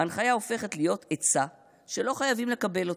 ההנחיה הופכת להיות עצה שלא חייבים לקבל אותה,